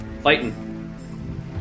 fighting